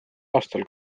aastal